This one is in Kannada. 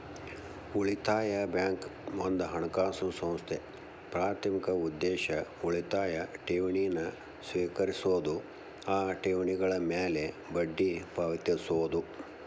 ಉಳಿತಾಯ ಬ್ಯಾಂಕ್ ಒಂದ ಹಣಕಾಸು ಸಂಸ್ಥೆ ಪ್ರಾಥಮಿಕ ಉದ್ದೇಶ ಉಳಿತಾಯ ಠೇವಣಿನ ಸ್ವೇಕರಿಸೋದು ಆ ಠೇವಣಿಗಳ ಮ್ಯಾಲೆ ಬಡ್ಡಿ ಪಾವತಿಸೋದು